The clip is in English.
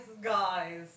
guys